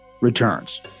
returns